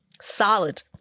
solid